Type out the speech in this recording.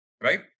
right